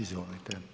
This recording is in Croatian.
Izvolite.